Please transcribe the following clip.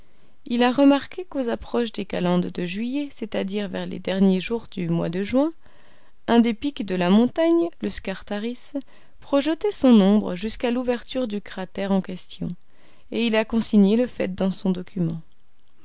il a remarqué qu'aux approches des calendes de juillet c'est-à-dire vers les derniers jours du mois de juin un des pics de la montagne le scartaris projetait son ombre jusqu'à l'ouverture du cratère en question et il a consigné le fait dans son document